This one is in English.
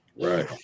right